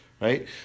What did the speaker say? Right